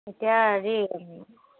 এতিয়া হেৰি